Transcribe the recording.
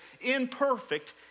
imperfect